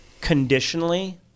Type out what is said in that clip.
conditionally